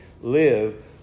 live